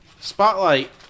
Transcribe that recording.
Spotlight